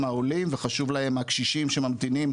העולים וחשוב להם הקשישים שממתינים,